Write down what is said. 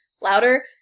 louder